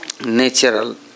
natural